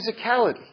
physicality